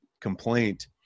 complaint